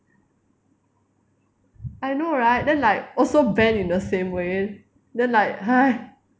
I know right then like also bend in the same way then like !hais!